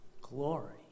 glory